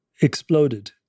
Exploded